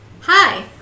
Hi